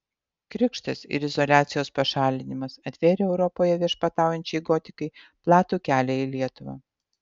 krikštas ir izoliacijos pašalinimas atvėrė europoje viešpataujančiai gotikai platų kelią į lietuvą